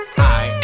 hi